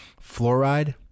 fluoride